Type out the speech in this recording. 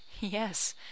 Yes